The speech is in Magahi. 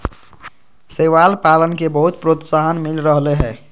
शैवाल पालन के बहुत प्रोत्साहन मिल रहले है